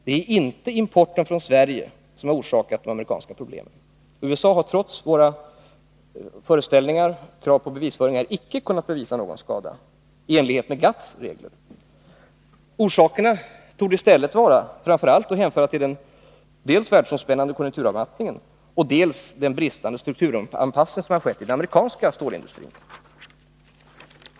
Det är inte importen från Sverige som orsakat de amerikanska problemen. USA har trots våra föreställningar och krav på bevisföring icke kunnat bevisa någon skada i enlighet med GATT:s regler. Orsakerna torde i stället framför allt vara att hänföra dels till den världsomspännande konjunkturavmattningen, dels till den bristande strukturanpassningen i den amerikanska stålindustrin.